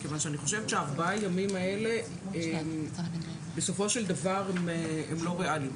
מכיוון שאני חושבת שהארבעה ימים האלה בסופו של דבר הם לא ריאליים.